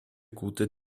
gute